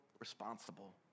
responsible